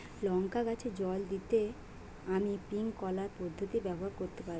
লঙ্কা গাছে জল দিতে আমি স্প্রিংকলার পদ্ধতি ব্যবহার করতে পারি?